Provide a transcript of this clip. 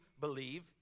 believe